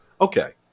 Okay